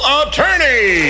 attorney